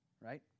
right